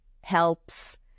helps